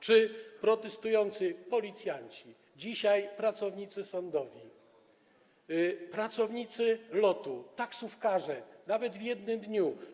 Czy protestujący policjanci, dzisiaj - pracownicy sądowi, pracownicy LOT-u, taksówkarze, nawet w jednym dniu.